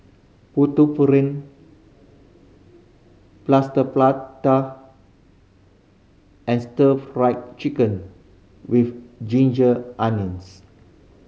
putu Plaster Prata and Stir Fried Chicken With Ginger Onions